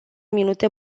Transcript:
minute